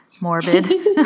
morbid